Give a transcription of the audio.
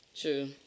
True